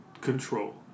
control